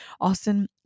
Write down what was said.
Austin